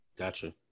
Gotcha